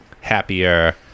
happier